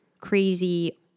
crazy